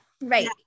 right